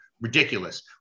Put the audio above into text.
ridiculous